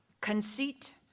conceit